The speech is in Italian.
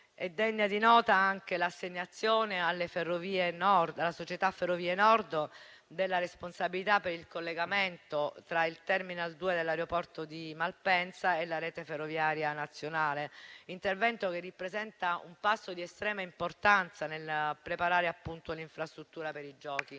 È degna di nota anche l'assegnazione alla società Ferrovie Nord della responsabilità per il collegamento tra il Terminal 2 dell'aeroporto di Malpensa e la rete ferroviaria nazionale; intervento che rappresenta un passo di estrema importanza nel preparare l'infrastruttura per i Giochi.